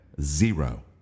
zero